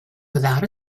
without